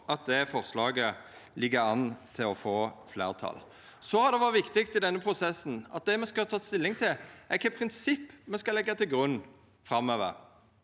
at det forslaget ligg an til å få fleirtal. Det har vore viktig i denne prosessen at det me skal ta stilling til, er kva prinsipp me skal leggja til grunn framover.